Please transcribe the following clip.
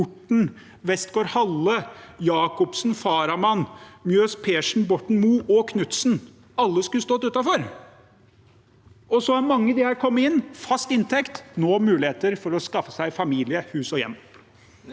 Orten, Westgaard-Halle, Jacobsen, Farahmand, Mjøs Persen, Borten Moe og Knutsen skulle stått utenfor. Og mange har nå kommet inn, fått fast inntekt og har nå muligheter for å skaffe seg familie, hus og hjem.